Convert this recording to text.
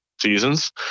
seasons